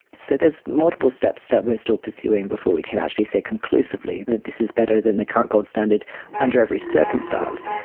so there's multiple steps that we are still pursuing before we can actually say conclusively that this is better than the current gold standard under every circumstance.